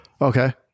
Okay